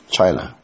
China